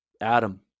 Adam